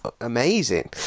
amazing